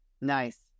nice